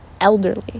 elderly